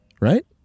Right